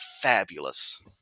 fabulous